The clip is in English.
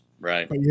Right